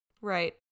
Right